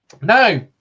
now